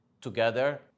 together